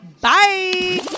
bye